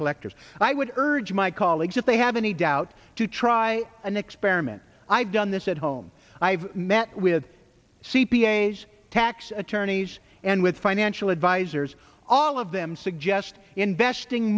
collectors i would urge my colleagues if they have any doubt to try an experiment i've done this at home i've met with c p a s tax attorneys and with financial advisors all of them suggest investing